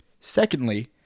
Secondly